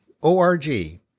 ORG